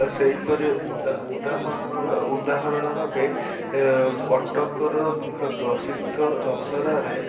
ସେହିପରି ଉଦାହରଣ ଭାବେ କଟକର ପ୍ରସିଦ୍ଧ ଦଶହରାରେ